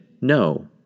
no